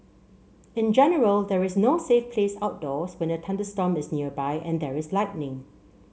in general there is no safe place outdoors when a thunderstorm is nearby and there is lightning